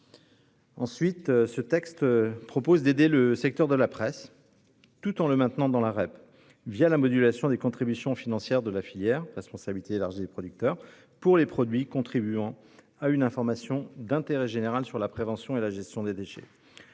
Ensuite, ce texte prévoit d'aider le secteur de la presse, tout en le maintenant dans la REP, la modulation des contributions financières de la filière REP pour les produits contribuant à une information d'intérêt général sur la prévention et la gestion des déchets.